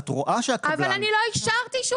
את רואה שהקבלן --- אבל אני לא אישרתי שהוא